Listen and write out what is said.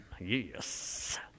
yes